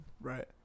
Right